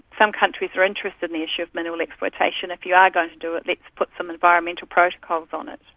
some countries are interested in the issue of mineral exploitation, if you are going to do it let's like put some environmental protocols on it.